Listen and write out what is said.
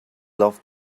laughed